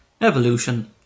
evolution